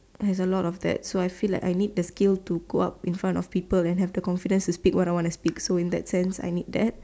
has a lot of that so I feel like I need the skill to go up in front of people and have the confident to speak what I want to speak so in that sense I need that